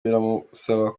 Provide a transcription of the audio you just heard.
biramusaba